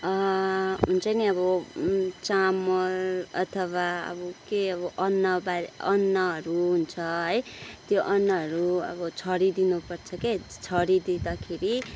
हुन्छ नि अब चामल अथवा अब केही अब अन्न बाली अन्नहरू हुन्छ है त्यो अन्नहरू अब छरिदिनु पर्छ के छरिदिँदाखेरि